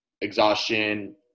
exhaustion